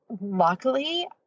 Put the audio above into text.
Luckily